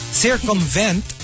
circumvent